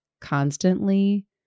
constantly